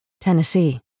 Tennessee